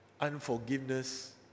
unforgiveness